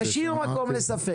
תשאיר מקום לספק,